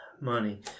money